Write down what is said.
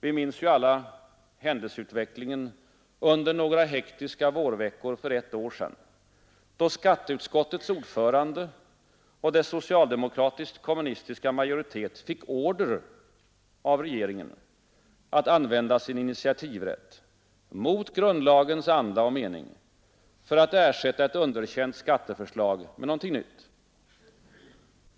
Vi minns alla händelsutvecklingen under några hektiska vårveckor för ett år sedan, då skatteutskottets ordförande och dess socialdemokratiskkommunistiska majoritet fick order av regeringen att använda sin initiativrätt mot grundlagens anda och mening — för att ersätta ett underkänt skatteförslag med något nytt.